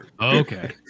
Okay